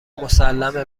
مسلمه